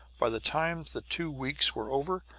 by the time the two weeks were over,